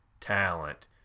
talent